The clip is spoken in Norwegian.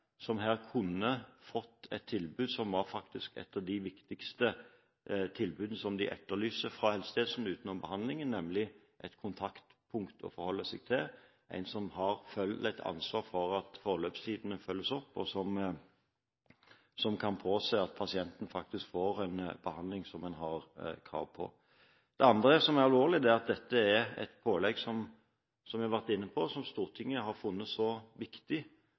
kunne fått et tilbud, som er et av de viktigste tilbudene Helsetilsynet etterlyser utenom behandlingen, nemlig et kontaktpunkt å forholde seg til – en som føler et ansvar gjennom hele pasientforløpet, og som kan påse at pasienten faktisk får den behandlingen man har krav på. Det andre som er alvorlig, er at dette er et pålegg, som jeg har vært inne på, som Stortinget har funnet så viktig